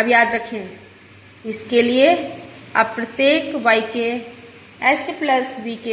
अब याद रखें इसके लिए अब प्रत्येक y k h V k